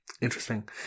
Interesting